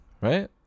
right